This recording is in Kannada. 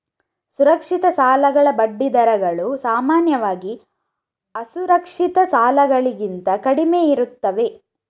ಸುರಕ್ಷಿತ ಸಾಲಗಳ ಬಡ್ಡಿ ದರಗಳು ಸಾಮಾನ್ಯವಾಗಿ ಅಸುರಕ್ಷಿತ ಸಾಲಗಳಿಗಿಂತ ಕಡಿಮೆಯಿರುತ್ತವೆ